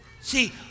See